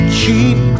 cheap